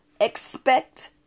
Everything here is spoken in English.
expect